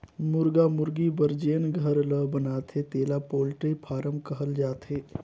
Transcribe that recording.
मुरगा मुरगी बर जेन घर ल बनाथे तेला पोल्टी फारम कहल जाथे